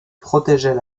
protégeait